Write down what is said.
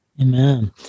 Amen